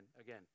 again